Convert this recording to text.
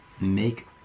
Make